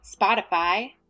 Spotify